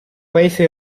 paese